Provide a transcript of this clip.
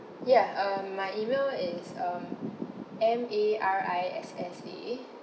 ya um my email is um M A R I S S A